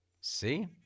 See